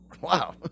Wow